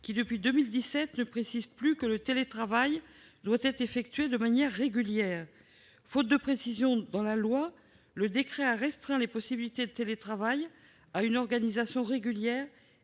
qui, depuis 2017, ne précise plus que le télétravail doit être effectué de manière régulière. Faute de précision dans la loi, le décret a restreint les possibilités de télétravail à une organisation régulière